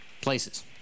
places